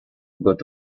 god